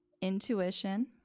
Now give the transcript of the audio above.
intuition